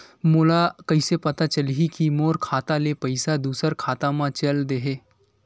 मोला कइसे पता चलही कि मोर खाता ले पईसा दूसरा खाता मा चल देहे?